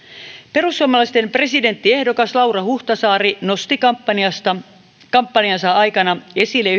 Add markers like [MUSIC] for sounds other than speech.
perussuomalaisten presidenttiehdokas laura huhtasaari nosti kampanjansa kampanjansa aikana esille [UNINTELLIGIBLE]